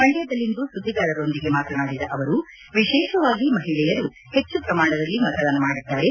ಮಂಡ್ಕದಲ್ಲಿಂದು ಸುದ್ದಿಗಾರರೊಂದಿಗೆ ಮಾತನಾಡಿದ ಅವರು ವಿಶೇಷವಾಗಿ ಮಹಿಳೆಯರು ಹೆಚ್ಚು ಪ್ರಮಾಣದಲ್ಲಿ ಮತದಾನ ಮಾಡಿದ್ದಾರೆ